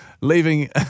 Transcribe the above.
Leaving